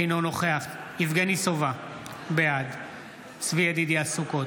אינו נוכח יבגני סובה, בעד צבי ידידיה סוכות,